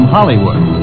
Hollywood